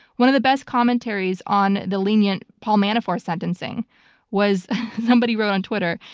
one of the best commentaries on the lenient paul manafort sentencing was somebody wrote on twitter,